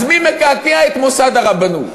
אז מי מקעקע את מוסד הרבנות?